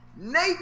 Nate